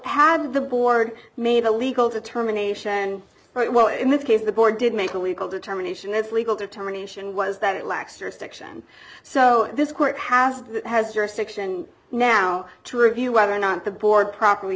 had the board made a legal determination and right well in this case the board did make a legal determination as legal determination was that it lacks or section so this court has has jurisdiction now to review whether or not the board properly